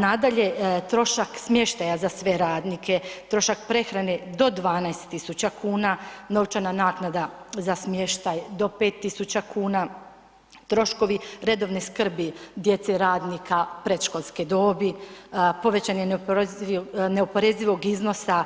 Nadalje, trošak smještaja za sve radnike, trošak prehrane do 12.000 kuna, novčana naknada za smještaj do 5.000 kuna, troškovi redovne skrbi djece radnika predškolske dobi, povećanje neoporezivog iznosa